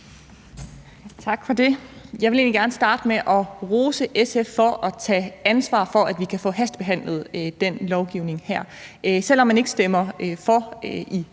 Tak for det. Jeg vil egentlig gerne starte med at rose SF for at tage ansvar for, at vi kan få hastebehandlet det her lovforslag. Selv om man ikke stemmer for i